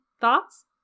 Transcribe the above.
Thoughts